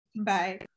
Bye